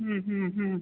ഉം ഉം ഉം